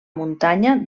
muntanya